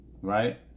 right